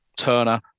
Turner